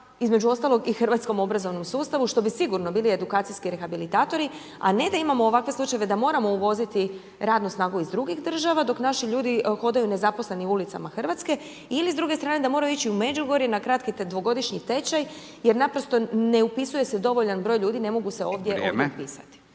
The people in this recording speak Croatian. između ostalog, i hrvatskom obrazovnom sustavu, što bi sigurno bili edukacijski rehabilitatori, a ne da imamo ovakve slučajeve da moramo uvoziti radnu snagu iz drugih država, dok naši ljudi hodaju nezaposleni ulicama RH. Ili s druge strane da moraju ići u Međugorje na kratki dvogodišnji tečaj jer naprosto ne upisuje se dovoljan broj ljudi, ne mogu se ovdje upisati.